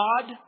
God